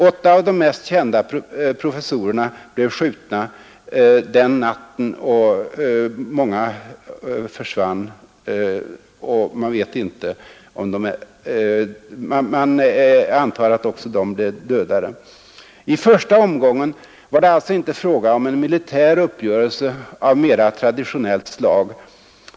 Åtta av de mest kända professorerna blev skjutna den natten, och många försvann — man antar att också de blev dödade. I första omgången var det alltså inte fråga om en militär uppgörelse av mera traditionellt slag.